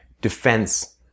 defense